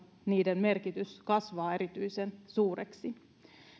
niiden merkitys kasvaa erityisen suureksi